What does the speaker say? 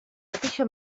mateixa